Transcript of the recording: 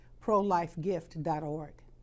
ProLifeGift.org